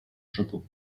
chapeau